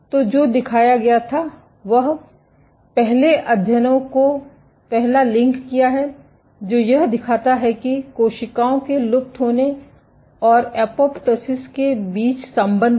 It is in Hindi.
तो जो दिखाया गया था वह पहले अध्ययनों को पहला लिंक किया है जो यह दिखाता है कि कोशिकाओं के लुप्त होने और एपोप्टोसिस के बीच संबंध था